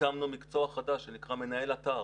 הקמנו מקצוע חדש שנקרא מנהל אתר,